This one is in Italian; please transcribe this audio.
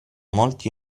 molti